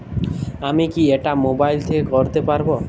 আমি কি এটা মোবাইল থেকে করতে পারবো?